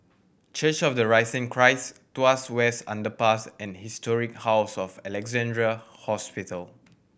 Church of the Risen Christ Tuas West Underpass and Historic House of Alexandra Hospital